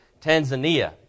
Tanzania